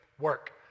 work